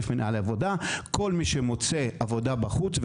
כול מי שמוצא עבודה בחוץ,